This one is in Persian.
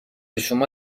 شما